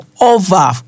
over